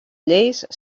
lleis